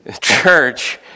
church